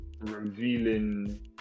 revealing